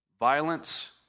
Violence